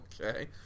Okay